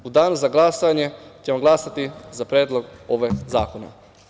U danu za glasanje ćemo glasati za Predlog ovog zakona.